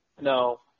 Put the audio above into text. no